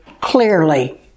clearly